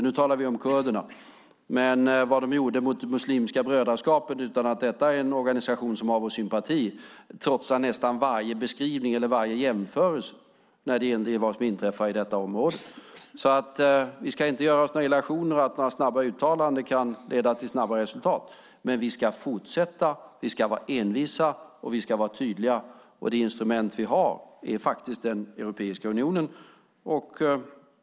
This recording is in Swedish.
Nu talar vi om kurderna, men vad regimen gjorde mot muslimska brödraskapet - utan att det för den sakens skull är en organisation som har vår sympati - trotsar nästan varje beskrivning eller jämförelse när det gäller vad som inträffar i detta område. Vi ska inte göra oss några illusioner om att snabba uttalanden kan leda till snabba resultat. Men vi ska fortsätta. Vi ska vara envisa, och vi ska vara tydliga. Det instrument vi har är den europeiska unionen.